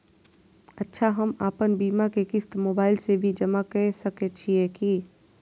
अच्छा हम आपन बीमा के क़िस्त मोबाइल से भी जमा के सकै छीयै की?